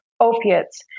opiates